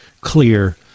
clear